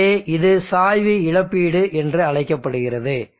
எனவே இது சாய்வு இழப்பீடு என்று அழைக்கப்படுகிறது